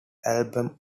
album